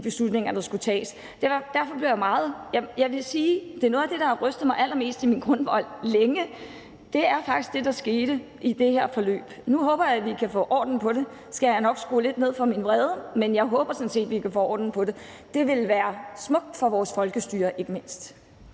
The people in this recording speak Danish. beslutninger, der skulle tages. Jeg vil sige, at det, der skete i det her forløb, er noget af det, der har rystet mig allermest i min grundvold længe. Nu håber jeg, vi kan få orden på det – og så skal jeg nok skrue lidt ned for min vrede, for jeg håber sådan set, at vi kan få orden på det. Det vil være smukt for vores folkestyre ikke mindst.